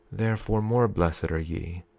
therefore, more blessed are ye,